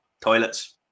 toilets